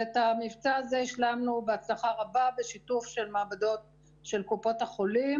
ואת המבצע הזה השלמנו בהצלחה רבה בשיתוף של מעבדות קופות החולים.